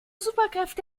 superkräfte